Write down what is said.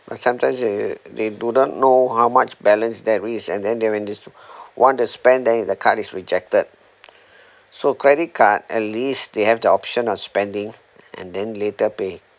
cause sometimes they they do not know how much balance there is and then when they want to spend then the card is rejected so credit card at least they have the option of spending and then later pay